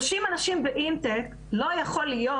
30 אנשים באינטייק לא יכולים להיות,